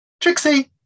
Trixie